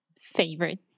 favorite